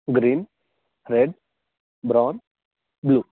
green red brown blue